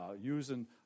using